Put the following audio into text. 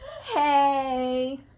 hey